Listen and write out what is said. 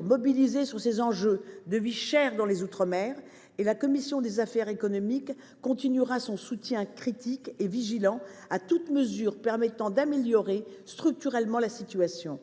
mobilisée sur les enjeux de la vie chère dans les outre mer. La commission des affaires économiques continuera d’apporter son soutien critique et vigilant à toute mesure permettant d’améliorer structurellement la situation.